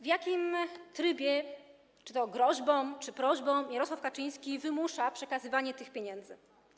W jakim trybie, czy groźbą, czy prośbą, Jarosław Kaczyński wymusza przekazywanie tych pieniędzy?